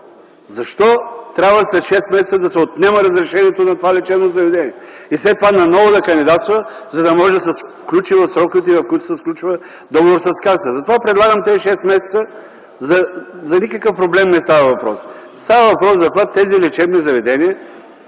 Защо трябва след шест месеца да се отнема разрешението на това лечебно заведение и след това отново да кандидатства, за да може да се включи в сроковете, в които се сключва договор с Касата. Затова предлагам тези шест месеца. За никакъв проблем не става въпрос. Става въпрос за това на тези лечебни заведения